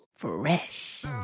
Fresh